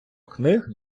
книг